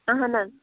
اَہَن حظ